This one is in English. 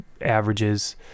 averages